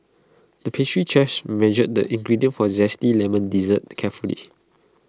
the pastry measured the ingredients for Zesty Lemon Dessert the carefully